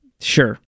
Sure